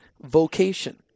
vocation